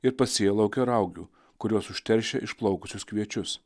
ir pasėjo lauke raugių kurios užteršia išplaukusius kviečius